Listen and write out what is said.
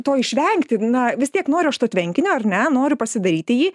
to išvengti na vis tiek noriu aš to tvenkinio ar ne noriu pasidaryti jį